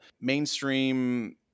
mainstream